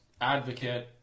advocate